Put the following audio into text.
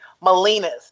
Molina's